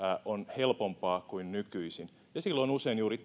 on helpompaa kuin nykyisin ja silloin usein juuri